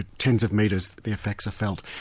ah tens of metres the effects are felt.